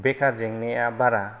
बेकार जोंनाया बारा